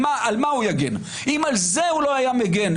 על מה הוא יגן אם על זה הוא לא היה מגן?